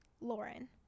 Lauren